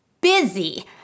busy